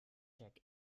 check